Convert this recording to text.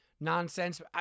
nonsense